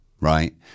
right